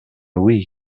louis